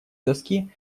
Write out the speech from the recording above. доски